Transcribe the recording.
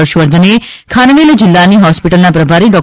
ફર્ષવર્ધને ખાનવેલ જીલ્લાની હોસ્પીટલના પ્રભારી ડૉ